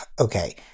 okay